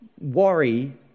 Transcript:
worry